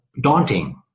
daunting